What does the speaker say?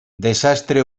desastre